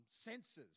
senses